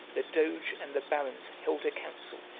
the doge and the barons held a council,